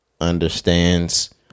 understands